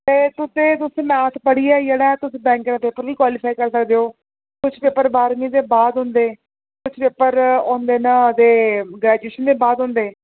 ते तुसें तुस मैथ पढ़ियै जेह्ड़ा ऐ तुस बैंक दा पेपर बी क्वालीफाई करी सकदे ओ किश पेपर बाह्रमीं दे बाद होंदे किश पेपर होंदे न उ'दे ग्रैजुएशन दे बाद होंदे